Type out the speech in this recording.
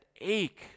ache